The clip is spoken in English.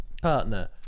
Partner